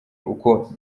uko